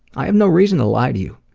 i have no reason to lie to you.